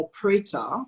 operator